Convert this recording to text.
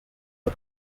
cyo